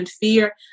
fear